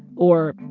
or,